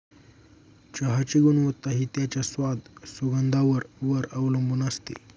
चहाची गुणवत्ता हि त्याच्या स्वाद, सुगंधावर वर अवलंबुन असते